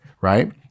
right